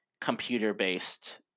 computer-based